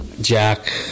Jack